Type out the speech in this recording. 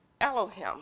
Elohim